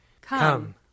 Come